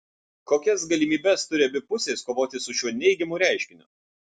kokias galimybes turi abi pusės kovoti su šiuo neigiamu reiškiniu